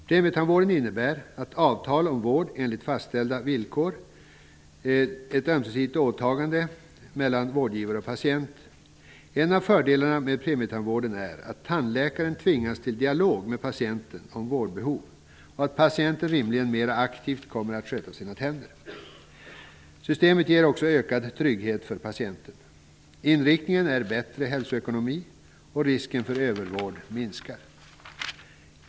Premietandvården innebär ett avtal om vård enligt fastställda villkor, ett ömsesidigt åtagande mellan vårdgivare och patient. En av fördelarna med premietandvården är att tandläkaren tvingas till dialog med patienten om vårdbehov och att patienten rimligen mera aktivt kommer att sköta sina tänder. Systemet ger också ökad trygghet för patienten. Inriktingen är bättre hälsoekonomi, och risken för övervård minskar.